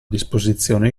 disposizione